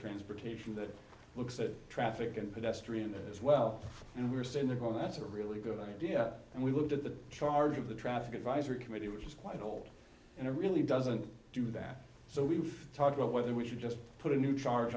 transportation that looks at traffic and pedestrians as well and we're saying they're going that's a really good idea and we looked at the charge of the traffic advisory committee which is quite old and it really doesn't do that so we've talked about whether we should just put a new charge